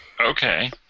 Okay